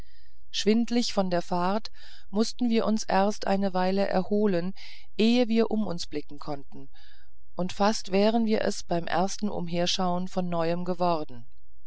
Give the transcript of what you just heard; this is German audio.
schwindlig von der fahrt mußten wir uns erst eine weile erholen ehe wir um uns blicken konnten und fast wären wir es beim ersten umherschauen von neuem geworden